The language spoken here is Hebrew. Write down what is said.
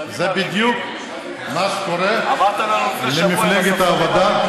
זה קורה לכל אחד.